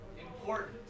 Important